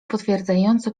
potwierdzająco